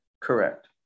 Correct